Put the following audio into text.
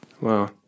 Wow